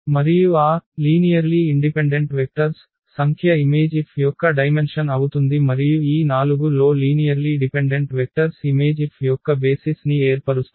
మరియు ఆ సరళ స్వతంత్ర వెక్టర్ల సంఖ్య ఇమేజ్ F యొక్క డైమెన్షన్ అవుతుంది మరియు ఈ 4 లో linearly dependent vectors image F యొక్క బేసిస్ ని ఏర్పరుస్తాయి